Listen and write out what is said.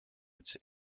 its